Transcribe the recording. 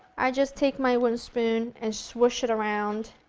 i just take my wooden spoon and swoosh it around,